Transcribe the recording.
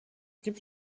gibt